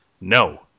no